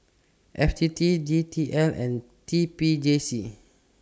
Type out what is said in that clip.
F T T D T L and T P J C